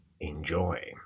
Enjoy